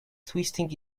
twisting